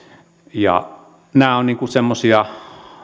nämä ovat